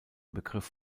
begriff